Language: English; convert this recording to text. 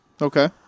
Okay